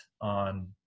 on